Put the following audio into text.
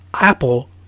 Apple